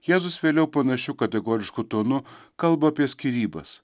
jėzus vėliau panašiu kategorišku tonu kalba apie skyrybas